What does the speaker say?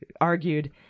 argued